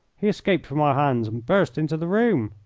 he escaped from our hands and burst into the room.